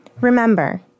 Remember